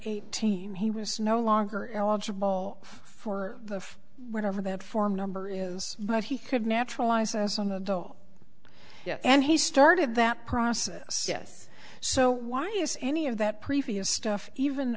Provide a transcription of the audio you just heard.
eighteen he was no longer eligible for the five whatever that form number is but he could naturalized as an adult and he started that process yes so why is any of that previous stuff even